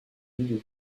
lieu